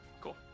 Cool